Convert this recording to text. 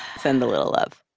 send a little love